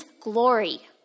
glory